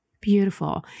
beautiful